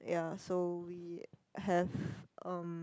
ya so we have um